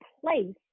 place